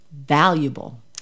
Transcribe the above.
valuable